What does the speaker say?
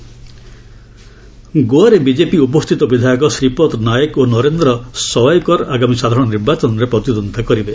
Goa candidates ଗୋଆରେ BJP ଉପସ୍ଥିତ ବିଧାୟକ ଶ୍ରୀପଦ ନାୟକ ଓ ନରେନ୍ଦ୍ର ସୱାଇକର ଆଗାମୀ ସାଧାରଣ ନିର୍ବାଚନରେ ପ୍ରତିଦ୍ୱନ୍ଦିତା କରିବେ